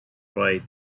write